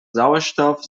sauerstoff